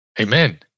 Amen